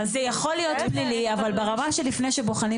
זה יכול להיות פלילי אבל ברמה שלפני שבוחנים